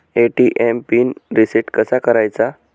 ATM PIN reset कसा करायचा?